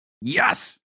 Yes